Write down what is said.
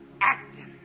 Acting